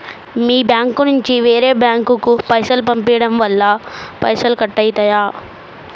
మీ bank నుంచి ఇంకో bank కు పైసలు పంపడం వల్ల పైసలు కట్ అవుతయా?